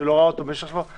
שלא ראה אותו במשך תקופה,